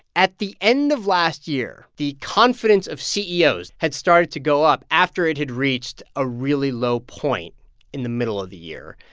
at the end of last year, the confidence of ceos had started to go up after it had reached a really low point in the middle of the year.